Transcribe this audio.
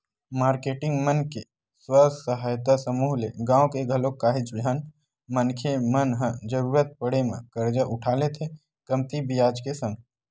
marketing मन के स्व सहायता समूह ले गाँव के घलोक काहेच झन मनखे मन ह जरुरत पड़े म करजा उठा लेथे कमती बियाज के संग